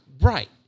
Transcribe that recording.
Right